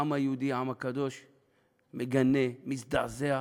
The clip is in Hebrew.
העם היהודי, העם הקדוש מגנה, מזדעזע,